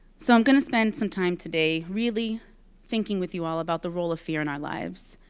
so i'm going to spend some time today really thinking with you all about the role of fear in our lives.